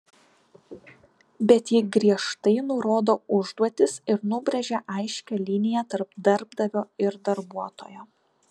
bet ji griežtai nurodo užduotis ir nubrėžia aiškią liniją tarp darbdavio ir darbuotojo